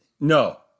no